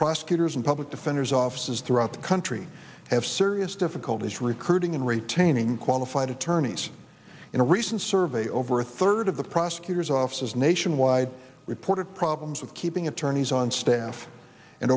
prosecutors and public defenders offices throughout the country have serious difficulties recruiting and retaining qualified attorneys in a recent survey over a third of the prosecutor's offices nationwide reported problems with keeping attorneys on staff and